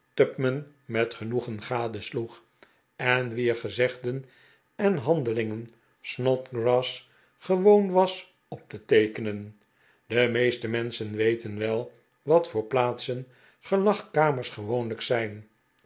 met genoegen gadesloeg en wier gezegden en handelingen snodgrass gewoon was op te teekenen de meeste menschen weten wel wat voor plaatsen gelagkamers gewoonlijk zijn